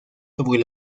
sobre